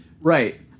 right